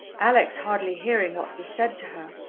alex hardly hearing what was said to her,